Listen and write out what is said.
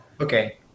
Okay